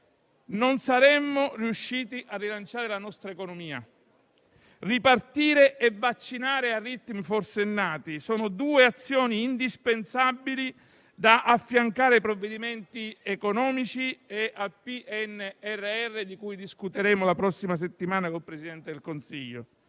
non saremmo riusciti a rilanciare la nostra economia. Ripartire e vaccinare a ritmi forsennati sono due azioni indispensabili, da affiancare a provvedimenti economici e al Piano nazionale di ripresa e resilienza, di cui discuteremo la prossima settimana con il Presidente del Consiglio.